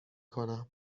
کنم